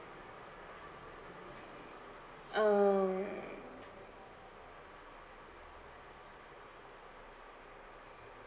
um